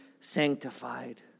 sanctified